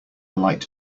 light